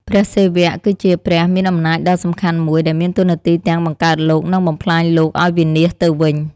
ព្រះសិវៈ គឺជាព្រះមានអំណាចដ៏សំខាន់មួយ ដែលមានតួនាទីទាំងបង្កើតលោក និងបំផ្លាញលោកឲ្យវិនាសទៅវិញ។